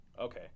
Okay